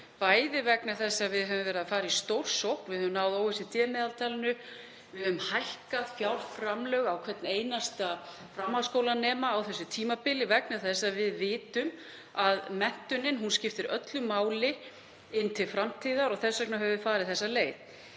bæði vegna þess að við höfum verið að fara í stórsókn, við höfum náð OECD-meðaltalinu, við höfum hækkað fjárframlög á hvern einasta framhaldsskólanema á þessu tímabili vegna þess að við vitum að menntun skiptir öllu máli til framtíðar, og þess vegna höfum við farið þessa leið.